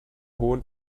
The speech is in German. hohen